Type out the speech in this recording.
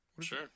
Sure